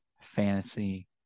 fantasy